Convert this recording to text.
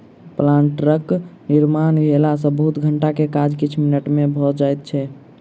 प्लांटरक निर्माण भेला सॅ बहुत घंटा के काज किछ मिनट मे भ जाइत छै